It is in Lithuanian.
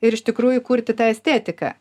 ir iš tikrųjų kurti tą estetiką